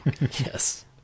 Yes